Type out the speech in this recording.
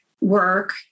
work